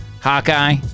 Hawkeye